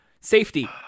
safety